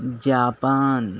Japan